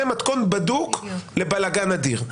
זה מתכון בדוק לבלגן אדיר.